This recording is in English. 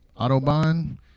Autobahn